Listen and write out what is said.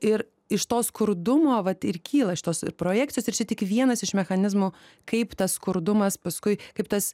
ir iš to skurdumo vat ir kyla šitos projekcijos ir čia tik vienas iš mechanizmų kaip tas skurdumas paskui kaip tas